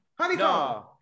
Honeycomb